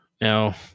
Now